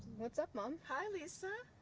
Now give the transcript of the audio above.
what's up mom? hi lisa!